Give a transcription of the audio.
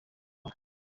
bawe